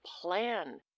plan